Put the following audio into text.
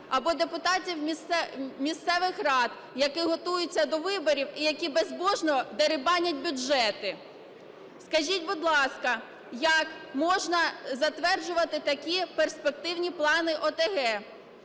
або депутатів місцевих рад, які готуються до виборів і які безбожно дерибанять бюджети. Скажіть, будь ласка, як можна затверджувати такі перспективні плани ОТГ?